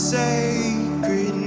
sacred